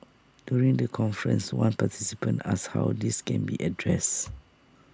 during the conference one participant asked how this can be addressed